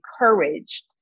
encouraged